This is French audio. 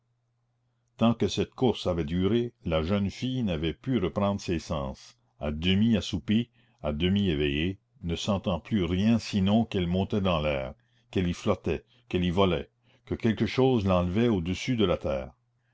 tant que cette course avait duré la jeune fille n'avait pu reprendre ses sens à demi assoupie à demi éveillée ne sentant plus rien sinon qu'elle montait dans l'air qu'elle y flottait qu'elle y volait que quelque chose l'enlevait au-dessus de la terre